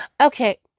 Okay